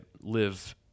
live